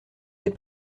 des